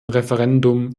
referendum